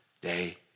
day